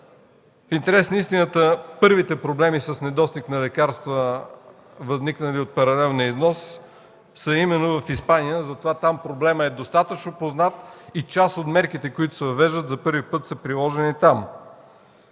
В интерес на истината първите проблеми с недостиг на лекарства, възникнали от паралелния износ, са именно в Испания, затова там проблемът е достатъчно познат и част от мерките, които се въвеждат, за първи път са приложени там.